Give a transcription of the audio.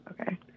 Okay